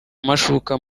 amashuka